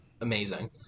amazing